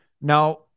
Now